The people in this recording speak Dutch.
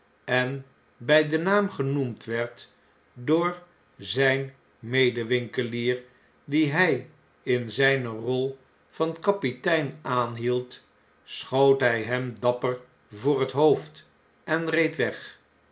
en bij den naam genoemd werd door zijn medewinkelier dien nh in zijne rol van kapitein aanhield schoot hn hem dapper voor het hoofd en reed weg